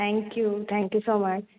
thank you thank you so much